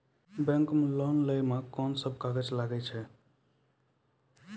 Bank मे loan लै मे कोन सब कागज लागै छै?